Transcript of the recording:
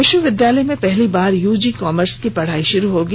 विश्वविद्यालय में पहली बार यूजी कॉमर्स के पढ़ाई शुरू होगी